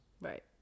Right